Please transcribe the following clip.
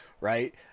right